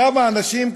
כמה אנשים,